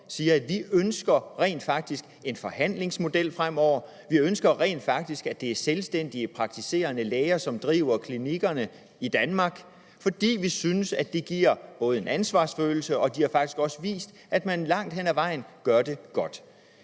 siger, at vi rent faktisk ønsker en forhandlingsmodel fremover. Vi ønsker rent faktisk, at det er selvstændige praktiserende læger, som driver klinikkerne i Danmark, fordi vi synes, det giver ansvarsfølelse, og de har faktisk også vist, at de langt hen ad vejen gør det godt.